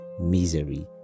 misery